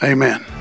Amen